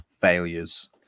failures